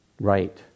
right